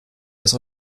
das